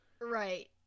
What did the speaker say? Right